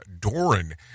Doran